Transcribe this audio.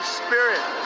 spirit